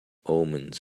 omens